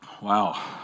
Wow